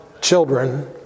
children